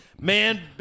man